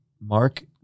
mark